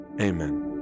Amen